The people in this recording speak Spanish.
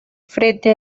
frente